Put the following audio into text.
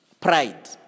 pride